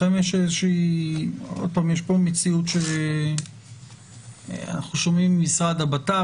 יש פה מציאות שאנחנו שומעים מהמשרד לביטחון פנים,